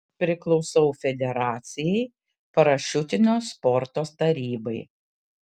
priklausau federacijai parašiutinio sporto tarybai